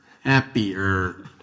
happier